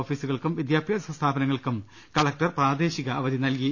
ഓഫീസുകൾക്കും വിദ്യാഭ്യാസ സ്ഥാപനങ്ങൾക്കും കലക്ടർ പ്രാദേശിക അവധി നൽകി